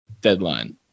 deadline